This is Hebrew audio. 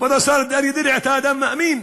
כבוד השר אריה דרעי, אתה אדם מאמין.